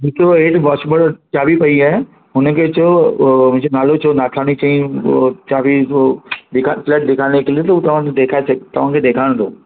बीठो आहे हेठि वॉचमेन चाबी पई आहे हुन खे चओ मुंहिंजो नालो चओ नाथाणी चई वो चाबी उहो फ्लैट दिखाने के लिए त उहो तव्हांखे तव्हांखे ॾेखारिंदो